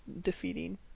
defeating